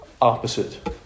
opposite